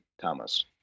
Thomas